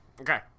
Okay